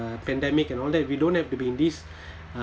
uh pandemic and all that we don't have to be in this uh